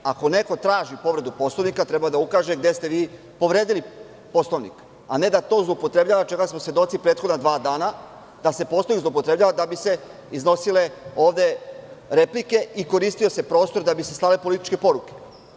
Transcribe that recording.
Ako neko traži povredu Poslovnika treba da ukaže gde ste povredili Poslovnik, a ne da to zloupotrebljava, čega smo svedoci prethodna dva dana, da se Poslovnik zloupotrebljava da bi se ovde iznosile replike i koristio se prostor da bi se slale političke poruke.